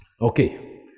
Okay